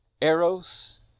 eros